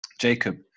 Jacob